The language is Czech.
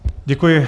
Děkuji.